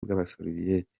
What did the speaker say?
bw’abasoviyeti